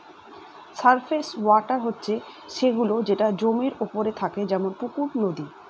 surface water হচ্ছে সে গুলো যেটা জমির ওপরে থাকে যেমন পুকুর, নদী